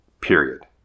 period